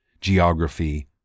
geography